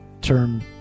term